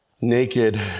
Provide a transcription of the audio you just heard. naked